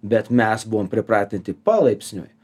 bet mes buvom pripratinti palaipsniui